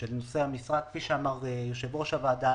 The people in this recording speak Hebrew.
נושא המשרה: כפי שאמר יושב-ראש הועדה,